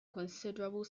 considerable